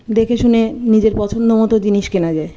দেখে শুনে নিজের পছন্দ মতো জিনিস কেনা যায়